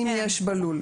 אם יש בלול.